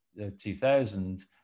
2000